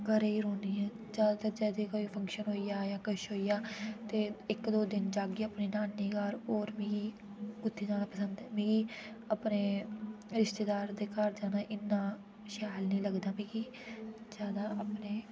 घरै रौह्न्नी जादैतर जैसे कोई फंक्शन होइया जां कुछ होइया ते इक दो दिन जाह्गी अपने नानी घर होर मिगी कुतै जाना पसन्द मिगी अपने रिश्तेदार दे घर जाना इ'न्ना शैल निं लगदा मिगी जादै अपने